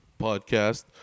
Podcast